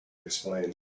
explain